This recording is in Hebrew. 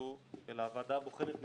נכשלו אלא הוועדה הבוחנת נכשלה.